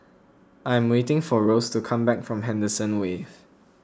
I am waiting for Rose to come back from Henderson Wave